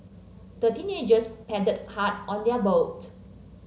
the teenagers paddled hard on their boat